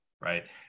right